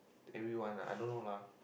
everyone lah I don't know lah